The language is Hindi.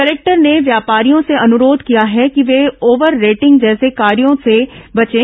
कलेक्टर ने व्यापारियों से अनुरोध किया है कि वे ओवर रेटिंग जैसे कार्यों से बचें